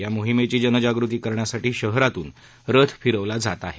या मोहिमेची जनजागृती करण्यासाठी शहरातून रथ फिरवला जात आहे